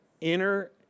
Inner